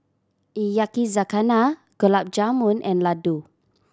Yakizakana Gulab Jamun and Ladoo